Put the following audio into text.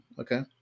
okay